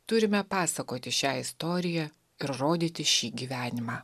turime pasakoti šią istoriją ir rodyti šį gyvenimą